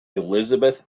elizabeth